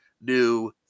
new